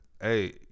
hey